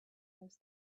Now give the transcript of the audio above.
those